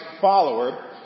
follower